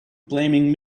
blaming